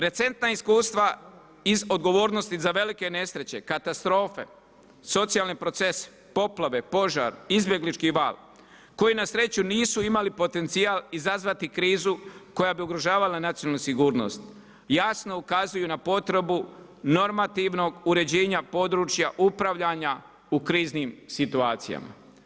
Recentna iskustva iz odgovornosti za velike nesreće, katastrofe, socijalne procese, poplave, požar, izbjeglički val koji na sreću nisu imali potencijal izazvati krizu koja bi ugrožavala nacionalnu sigurnost, jasno ukazuju na potrebu normativnog uređenja područja upravljanja u kriznim situacijama.